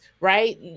right